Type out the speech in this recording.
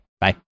Bye